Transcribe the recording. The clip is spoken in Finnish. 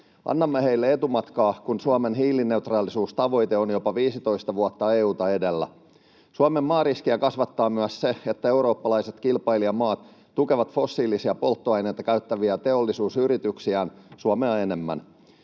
Annamme heille etumatkaa, kun Suomen hiilineutraalisuustavoite on jopa 15 vuotta EU:ta edellä. Suomen maariskiä kasvattaa myös se, että eurooppalaiset kilpailijamaat tukevat fossiilisia polttoaineita käyttäviä teollisuusyrityksiään Suomea enemmän.